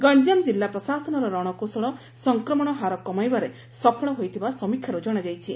ଗଞ୍ଞାମ ଜିଲ୍ଲା ପ୍ରଶାସନର ରଣକୌଶଳ ସଂକ୍ରମଣ ହାର କମାଇବାରେ ସଫଳ ହୋଇଥିବା ସମୀକ୍ଷାରୁ ଜଶାଯାଇଛି